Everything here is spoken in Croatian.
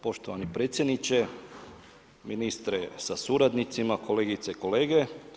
Poštovani predsjedniče, ministre sa suradnicima, kolegice i kolege.